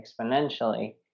exponentially